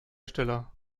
stiller